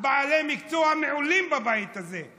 בעלי מקצוע מעולים בבית הזה.